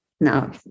No